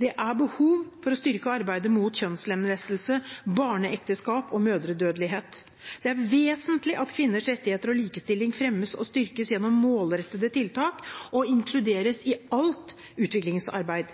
Det er behov for å styrke arbeidet mot kjønnslemlestelse, barneekteskap og mødredødelighet. Det er vesentlig at kvinners rettigheter og likestilling fremmes og styrkes gjennom målrettede tiltak og inkluderes i alt utviklingsarbeid,